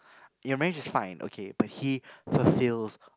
your marriage is fine but he fulfills